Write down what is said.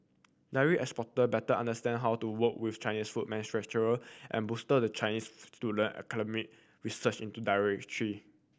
dairy exporter better understand how to work with Chinese food manufacturer and bolster the Chinese student academic research into dairy tree